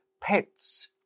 pets